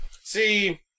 See